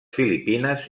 filipines